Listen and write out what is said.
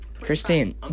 Christine